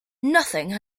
nothing